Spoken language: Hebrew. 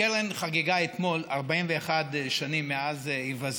הקרן חגגה אתמול 41 שנים מאז היווסדה.